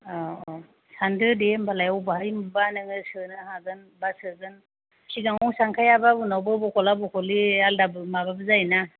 औ औ सानदो दे होमब्लालाय बबेहाय बा नोङो सोनो हागोन बा सोगोन सिगाङाव सानखायाबा उनावबो बखला बखलि आलादाबो माबाबो जायो ना